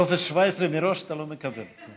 טופס 17 מראש אתה לא מקבל.